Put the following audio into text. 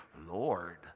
Lord